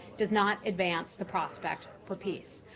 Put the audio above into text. does not advance the prospect for peace.